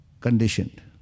Conditioned